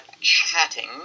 chatting